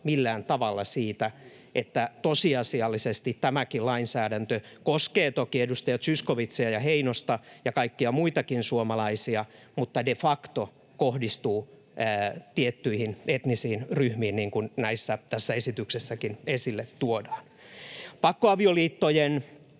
millään tavalla siitä, että tosiasiallisesti tämäkin lainsäädäntö — vaikka koskee toki edustaja Zyskowiczia ja Heinosta ja kaikkia muitakin suomalaisia — de facto kohdistuu tiettyihin etnisiin ryhmiin, niin kuin tässä esityksessäkin esille tuodaan. Pakkoavioliittojen